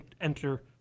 enter